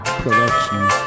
production